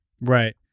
Right